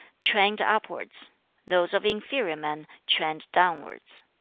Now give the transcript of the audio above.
trend upwards those of inferior men trend downwards.